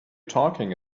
talking